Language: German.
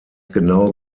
genau